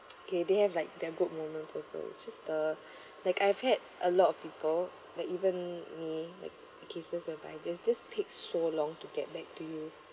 okay they have like their good moment also it's just the like I've had a lot of people like even me like cases whereby they're just takes so long to get back to you